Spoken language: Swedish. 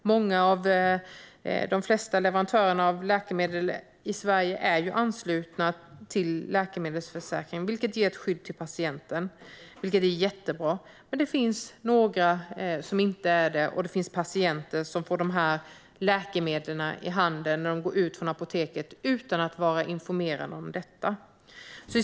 De flesta leverantörerna av läkemedel i Sverige är anslutna till läkemedelsförsäkringen, vilket ger ett skydd för patienten. Det är jättebra. Men det finns några leverantörer som inte är anslutna till försäkringen, och det finns patienter som får de här läkemedlen på apoteket och går därifrån utan att vara informerade om detta.